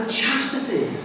chastity